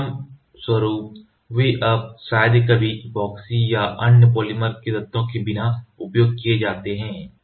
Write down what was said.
परिणामस्वरूप वे अब शायद ही कभी ऐपोक्सी या अन्य फोटोपॉलीमर तत्वों के बिना उपयोग किए जाते हैं